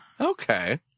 Okay